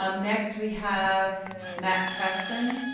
um next, we have matt crespin.